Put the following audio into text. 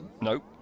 Nope